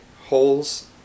holes